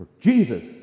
jesus